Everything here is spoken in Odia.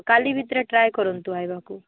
କାଲି ଭିତରେ ଟ୍ରାଏ କରନ୍ତୁ ଆସିବାକୁ